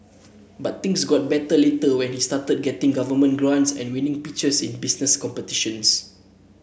but things got better later when he started getting government grants and winning pitches in business competitions